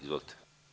Izvolite.